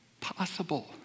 possible